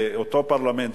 לאותו פרלמנט,